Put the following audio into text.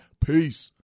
Peace